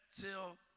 till